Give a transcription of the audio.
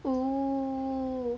oo